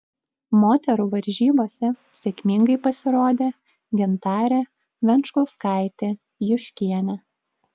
moterų varžybose sėkmingai pasirodė gintarė venčkauskaitė juškienė